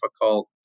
difficult